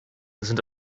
sind